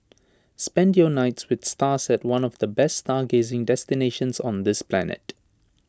spend your nights with stars at one of the best stargazing destinations on this planet